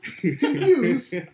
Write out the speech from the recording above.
confused